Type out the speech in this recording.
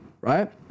right